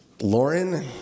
Lauren